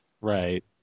right